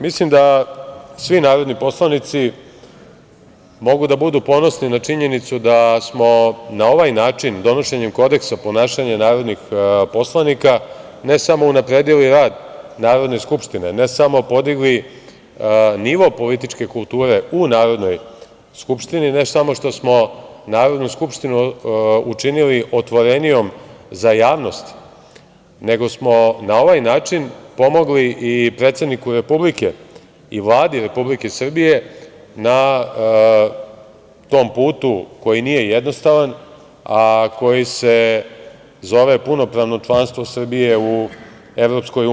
Mislim da svi narodni poslanici mogu da budu ponosni na činjenicu da smo na ovaj način, donošenjem Kodeksa ponašanja narodnih poslanika, ne samo unapredili rad Narodne skupštine, ne samo podigli nivo političke kulture u Narodnoj skupštini, ne samo što smo Narodnu skupštinu učinili otvorenijom za javnost, nego smo na ovaj način pomogli i predsedniku Republike i Vladi Republike Srbije na tom putu koji nije jednostavan, a koji se zove punopravno članstvo Srbije u EU.